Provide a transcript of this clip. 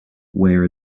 wear